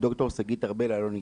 ד"ר שגית ארבל אלון איתנו,